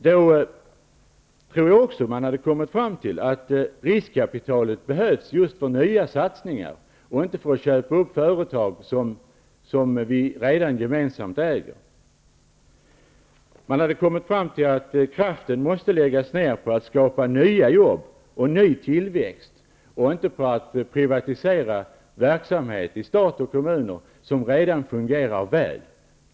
Då tror jag också att man hade kommit fram till att riskkapitalet behövs just för nya satsningar och inte för att köpa upp företag som vi redan gemensamt äger. Man hade också kommit fram till att kraften måste läggas ned på att skapa nya jobb och ny tillväxt, inte på att privatisera verksamhet i stat och kommuner, som redan fungerar väl.